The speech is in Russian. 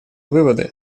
выводы